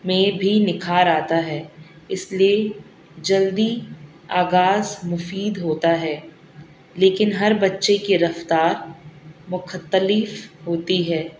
میں بھی نکھار آتا ہے اس لیے جلدی آغاز مفید ہوتا ہے لیکن ہر بچے کے رفتار مختلف ہوتی ہے